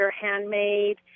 handmade